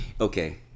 Okay